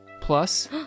plus